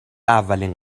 اولین